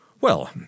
Well